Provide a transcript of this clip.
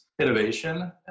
innovation